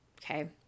Okay